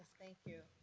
thank you.